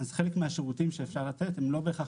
אז חלק מהשירותים שאפשר לתת הם לא בהכרח